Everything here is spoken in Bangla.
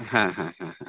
হ্যাঁ হ্যাঁ হ্যাঁ হ্যাঁ